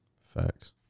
Facts